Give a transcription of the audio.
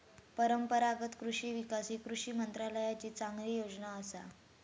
परंपरागत कृषि विकास ही कृषी मंत्रालयाची चांगली योजना असा